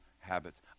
habits